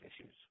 issues